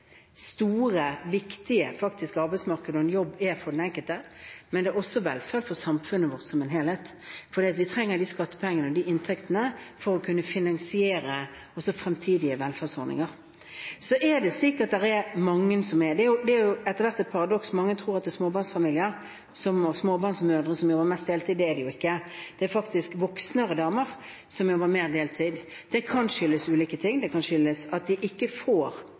store, viktige arbeidsmarkedet der en jobb er for den enkelte. Men det er også velferd for samfunnet vårt som helhet, fordi vi trenger skattepengene og inntektene for å kunne finansiere også fremtidige velferdsordninger. Så er det etter hvert et paradoks at mange tror det er småbarnsmødre som jobber mest deltid. Det er det jo ikke. Det er faktisk mer voksne damer som jobber mest deltid. Det kan skyldes ulike ting. Det kan skyldes at de ikke får